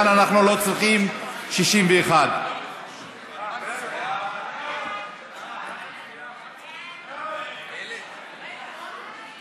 כאן אנחנו לא צריכים 61. ההצעה להעביר